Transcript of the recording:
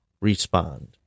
respond